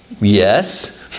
Yes